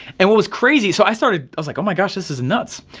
and what was crazy, so i started i was like oh my gosh, this is nuts.